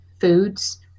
foods